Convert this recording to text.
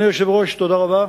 אדוני היושב-ראש, תודה רבה.